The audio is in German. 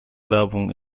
werbung